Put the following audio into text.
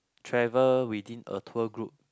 travel within a tour group